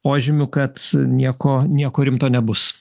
požymių kad nieko nieko rimto nebus